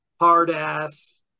hard-ass